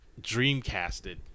dreamcasted